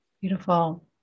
Beautiful